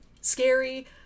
scary